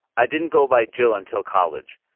i didn't go by jil until college.